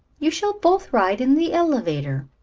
you shall both ride in the elevator.